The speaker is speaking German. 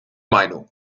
meinung